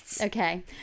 Okay